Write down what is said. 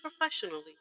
professionally